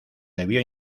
debió